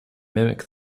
mimic